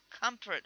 comfort